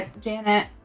Janet